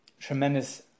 tremendous